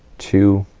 two